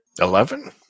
Eleven